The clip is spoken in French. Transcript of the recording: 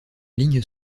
ligne